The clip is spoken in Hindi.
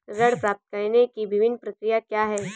ऋण प्राप्त करने की विभिन्न प्रक्रिया क्या हैं?